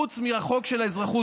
חוץ מחוק האזרחות,